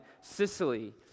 Sicily